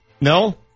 No